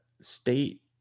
state